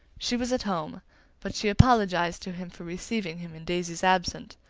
she was at home but she apologized to him for receiving him in daisy's absence.